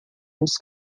nos